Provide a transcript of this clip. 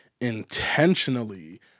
intentionally